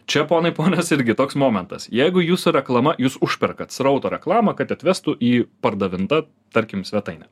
čia ponai ponios irgi toks momentas jeigu jūsų reklama jus užperkat srauto reklamą kad atvestų į pardavinta tarkim svetainę